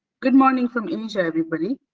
good morning from asia everybody,